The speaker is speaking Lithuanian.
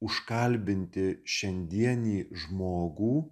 užkalbinti šiandienį žmogų